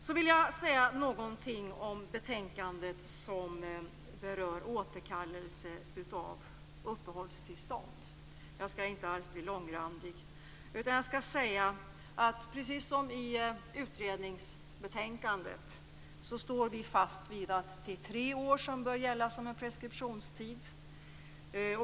Jag vill också säga någonting om det betänkande som berör återkallelse av uppehållstillstånd. Jag skall inte bli mångordig utan vill bara säga att vi precis som i utredningsbetänkandet står fast vid att tre år bör gälla som preskriptionstid.